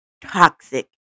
toxic